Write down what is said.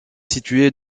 située